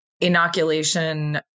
inoculation